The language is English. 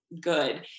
good